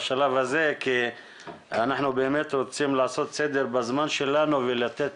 בשלב הזה כי אנחנו באמת רוצים לעשות סדר בזמן שלנו ולתת